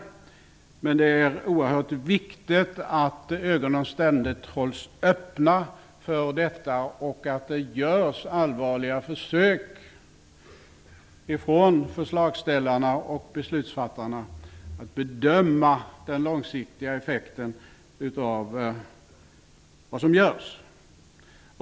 Men det är oerhört viktigt att ögonen ständigt hålls öppna och att det görs allvarliga försök från förslagsställarna och beslutsfattarna att bedöma den långsiktiga effekten av vad som görs.